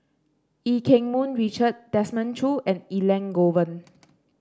Eu Keng Mun Richard Desmond Choo and Elangovan